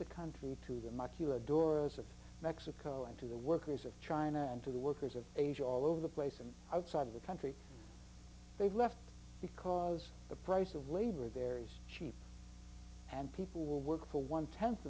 the country to the muck you adore those of mexico and to the workers of china and to the workers of asia all over the place and outside the country they've left because the price of labor there is cheap and people will work for one tenth